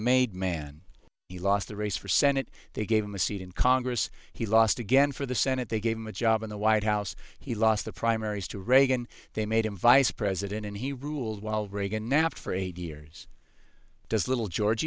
made man he lost the race for senate they gave him a seat in congress he lost again for the senate they gave him a job in the white house he lost the primaries to reagan they made him vice president and he ruled while reagan napped for eight years does little georg